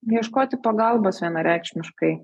ieškoti pagalbos vienareikšmiškai